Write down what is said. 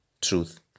truth